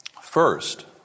First